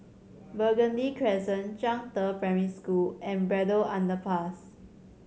Burgundy Crescent Zhangde Primary School and Braddell Underpass